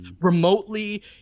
Remotely